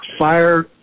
Fire